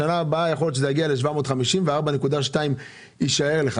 יכול להיות שבשנה הבאה ל-750 מיליון שקלים וה-4.2 מיליארד יישארו לך.